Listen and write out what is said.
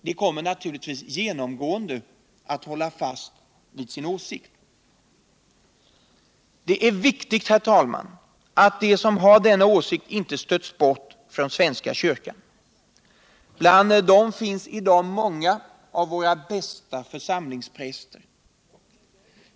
De kommer naturligtvis genomgående att hålla fast vid sin åsikt. Det är viktigt, herr talman, aut de som har denna åsikt inte stöts bort från svenska kyrkan. Bland dem finns i dag många av våra bästa församlingspräster.